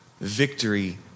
victory